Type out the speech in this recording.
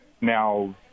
Now